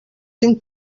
cinc